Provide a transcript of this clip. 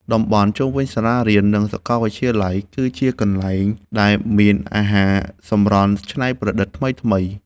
តំបន់ជុំវិញសាលារៀន និងសាកលវិទ្យាល័យ គឺជាកន្លែងដែលមានអាហារសម្រន់ច្នៃប្រឌិតថ្មីៗ។